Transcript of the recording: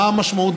מה המשמעות,